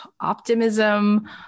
optimism